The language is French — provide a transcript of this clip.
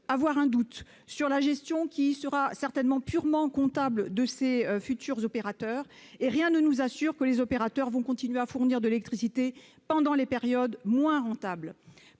avoir un doute sur la gestion, qui sera certainement purement comptable, des futurs opérateurs : ainsi, rien ne nous assure que les opérateurs en question continueront à fournir de l'électricité pendant les périodes moins rentables.